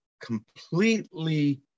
completely